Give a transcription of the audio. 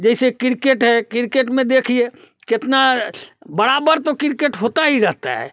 जैसे किर्केट है किर्केट में देखिए कितना बराबर तो किर्केट होता ही रहता है